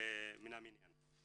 מן המניין.